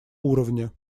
уровне